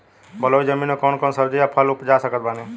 बलुई जमीन मे कौन कौन सब्जी या फल उपजा सकत बानी?